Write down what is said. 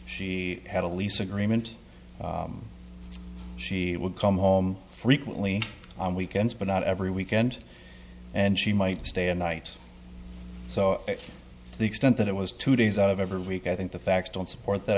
she had a lease agreement she would come home frequently on weekends but not every weekend and she might stay a night so to the extent that it was two days out of every week i think the facts don't support that